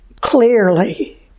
clearly